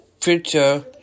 future